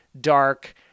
dark